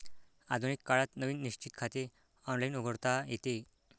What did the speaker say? आधुनिक काळात नवीन निश्चित खाते ऑनलाइन उघडता येते